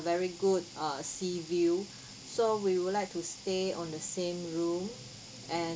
very good uh sea view so we would like to stay on the same room and